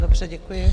Dobře, děkuji.